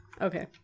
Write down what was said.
Okay